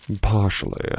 Partially